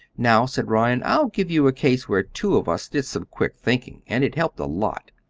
now, said ryan, i'll give you a case where two of us did some quick thinking, and it helped a lot.